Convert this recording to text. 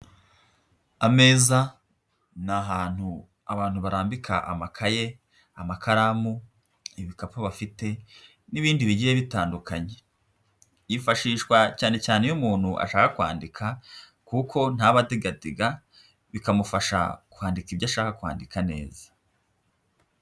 Ameza ni ahantu abantu barambika amakaye, amakaramu, ibikapu bafite n'ibindi bigiye bitandukanye, yifashishwa cyane cyane iyo umuntu ashaka kwandika kuko ntaba adigadiga, bikamufasha kwandika ibyo ashaka kwandika neza.